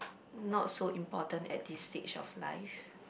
not so important at this stage of life